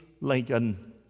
Lincoln